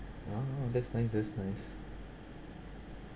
oh that's nice that's nice